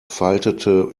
faltete